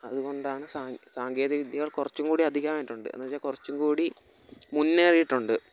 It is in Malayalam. അതു കൊണ്ടാണ് സ സാങ്കേതിക വിദ്യകൾ കുറച്ചും കൂടി അധികമായിട്ടുണ്ട് എന്നു വെച്ചാൽ കുറച്ചും കൂടി മുന്നേറിയിട്ടുണ്ട്